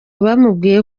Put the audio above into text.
bamubwiye